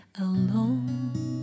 alone